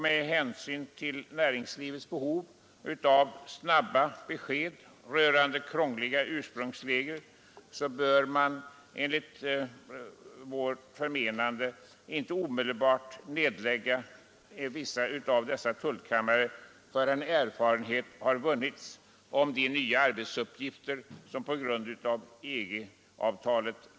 Men hänsyn till näringslivets behov av snabba besked rörande krångliga ursprungsregler bör man därför enligt vårt förmenande inte omedelbart nedlägga vissa av dessa tullkammare förrän erfarenhet har vunnits av de nya arbetsuppgifter som kan komma att uppstå på grund av EG-avtalet.